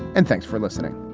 and thanks for listening